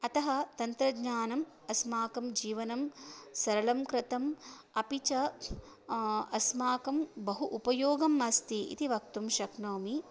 अतः तन्त्रज्ञानम् अस्माकं जीवनं सरलं कृतम् अपि च अस्माकं बहु उपयोगम् अस्ति इति वक्तुं शक्नोमि